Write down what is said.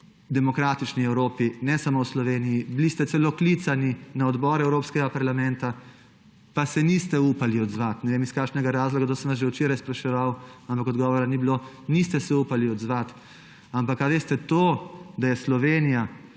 demokratični Evropi, ne samo v Sloveniji, bili ste celo klicani na odbor evropskega parlamenta, pa se niste upali odzvati. Ne vem, iz kakšnega razloga, to sem vas že včeraj spraševal, ampak odgovora ni bilo, niste si upali odzvati. Ampak to, da je Slovenija,